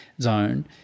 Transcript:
zone